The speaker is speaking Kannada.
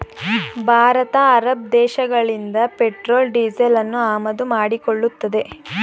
ಭಾರತ ಅರಬ್ ದೇಶಗಳಿಂದ ಪೆಟ್ರೋಲ್ ಡೀಸೆಲನ್ನು ಆಮದು ಮಾಡಿಕೊಳ್ಳುತ್ತದೆ